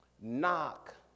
Knock